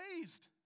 raised